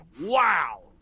wow